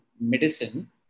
medicine